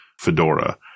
Fedora